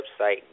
website